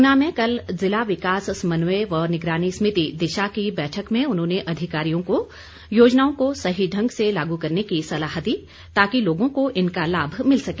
ऊना में कल जिला विकास समन्वय व निगरानी समिति दिशा की बैठक में उन्होंने अधिकारियों को योजनाओं को सही ढंग से लागू करने की सलाह दी ताकि लोगों को इनका लाभ मिल सके